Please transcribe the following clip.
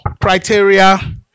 criteria